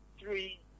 Three